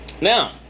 Now